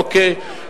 אוקיי,